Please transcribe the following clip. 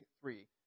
three